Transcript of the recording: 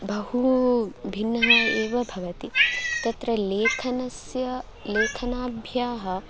बहु भिन्नः एव भवति तत्र लेखनस्य लेखनाभ्याम्